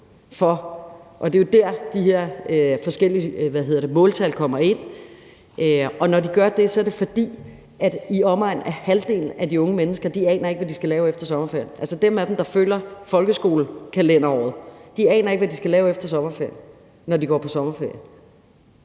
og det er jo der, hvor de her forskellige måltal kommer ind, og når de gør det, er det, fordi i omegnen af halvdelen af de unge mennesker ikke aner, hvad de skal lave efter sommerferien. Dem af dem, der følger folkeskolekalenderåret, aner ikke, hvad de skal lave efter sommerferien, når de går på sommerferie,